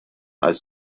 als